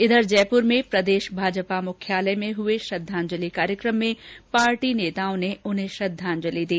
इधर जयपुर में प्रदेश भाजपा मुख्यालय में हुए श्रद्वांजलि कार्यक्रम में पार्टी नेताओं ने उन्हें श्रद्वांजलि दी